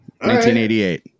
1988